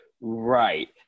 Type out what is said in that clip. Right